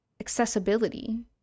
accessibility